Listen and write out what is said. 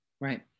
right